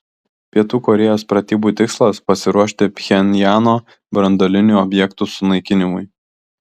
pietų korėjos pratybų tikslas pasiruošti pchenjano branduolinių objektų sunaikinimui